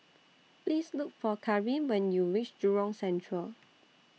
Please Look For Caryn when YOU REACH Jurong Central